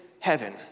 heaven